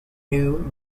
new